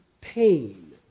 pain